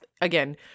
again